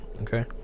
Okay